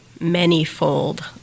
many-fold